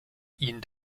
ihn